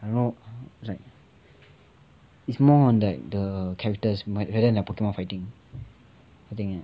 no like it's more on like the characters rather than the pokemon fighting